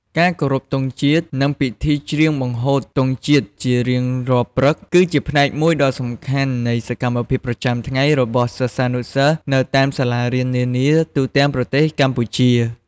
ការគោរពទង់ជាតិ និងពិធីច្រៀងបង្ហូតទង់ជាតិជារៀងរាល់ព្រឹក គឺជាផ្នែកមួយដ៏សំខាន់នៃសកម្មភាពប្រចាំថ្ងៃរបស់សិស្សានុសិស្សនៅតាមសាលារៀននានាទូទាំងប្រទេសកម្ពុជា។